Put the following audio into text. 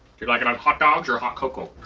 do you like it on hot dogs or hot cocoa?